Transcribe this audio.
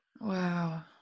Wow